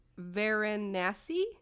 Varanasi